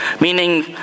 Meaning